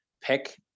pick